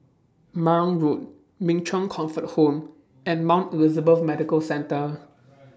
Marang Road Min Chong Comfort Home and Mount Elizabeth Medical Centre